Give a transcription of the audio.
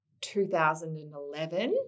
2011